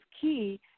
key